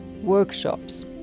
workshops